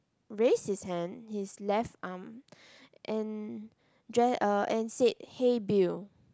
raise his hand his left arm and dre~ uh and said hey Bill